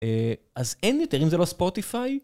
אה... אז אין יותר אם זה לא ספוטיפיי?